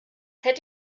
hätte